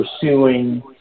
pursuing